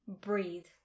breathe